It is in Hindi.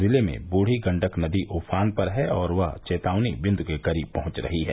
जिले में बूढ़ी गण्डक नदी उफान पर है और वह चेतावनी बिन्दु के करीब पहुंच रही है